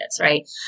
right